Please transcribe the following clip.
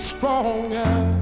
Stronger